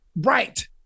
Right